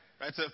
right